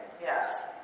Yes